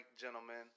gentlemen